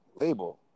label